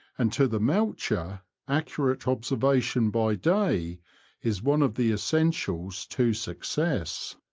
and to the moucher accurate obser vation by day is one of the essentials to success.